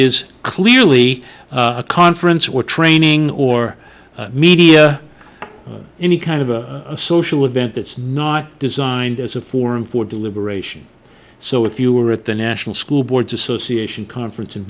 is clearly a conference or training or media any kind of a social event it's not designed as a forum for deliberation so if you were at the national school boards association conference in